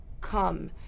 come